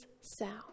sound